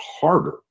harder